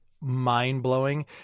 mind-blowing